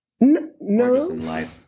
no